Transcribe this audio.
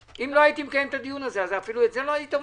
אם לא הייתי מקיים את הדיון הזה אפילו את זה לא היית אומרת?